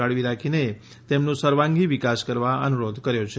જાળવી રાખીને તેમનો સર્વાંગી વિકાસ કરવા અનુરોધ કર્યો છે